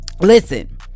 listen